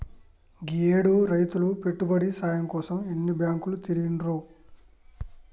గీయేడు రైతులు పెట్టుబడి సాయం కోసం ఎన్ని బాంకులు తిరిగిండ్రో